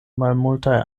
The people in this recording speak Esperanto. malmultaj